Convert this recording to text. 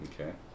okay